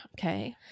Okay